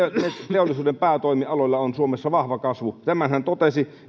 teollisuuden päätoimialoilla on suomessa vahva kasvu tämänhän totesi